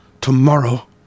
Tomorrow